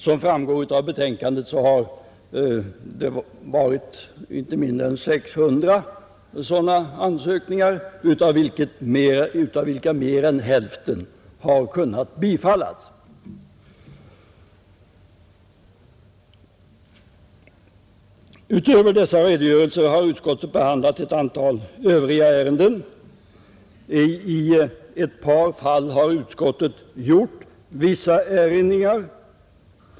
Som framgår av betänkandet har inte mindre än 600 sådana ansökningar kommit in, av vilka mer än hälften har kunnat bifallas, Härutöver har utskottet behandlat ett antal övriga ärenden. I ett par fall har utskottet gjort vissa erinringar.